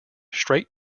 strait